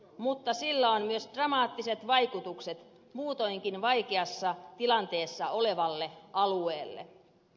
mutta sillä on myös dramaattiset vaikutukset muutoinkin vaikeassa tilanteessa olevalle alueelle